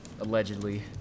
allegedly